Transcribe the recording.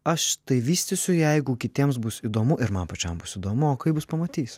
aš tai vystysiu jeigu kitiems bus įdomu ir man pačiam bus įdomu o kaip bus pamatysim